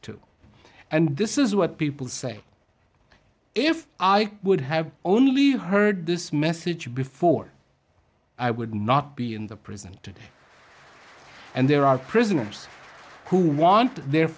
too and this is where people say if i would have only heard this message before i would not be in the prison today and there are prisoners who want their